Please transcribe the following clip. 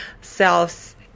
selves